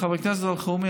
חבר הכנסת אלחרומי,